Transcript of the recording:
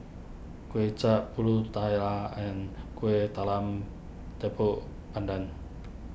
Kway Chap Pulut Tatal and Kueh Talam Tepong Pandan